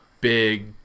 big